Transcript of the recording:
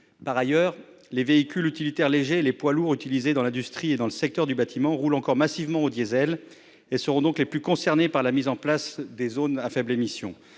Par ailleurs, les véhicules utilitaires légers et les poids lourds utilisés dans l'industrie et dans le secteur du bâtiment roulent encore massivement au diesel et seront donc les plus concernés par la mise en place des zones à faibles émissions